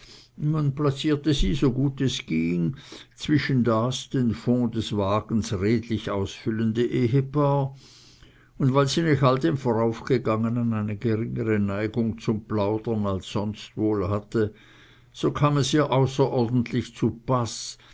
man placierte sie so gut es ging zwischen das den fond des wagens redlich ausfüllende ehepaar und weil sie nach all dem voraufgegangenen eine geringere neigung zum plaudern als sonst wohl hatte so kam es ihr außerordentlich zupaß